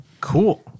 Cool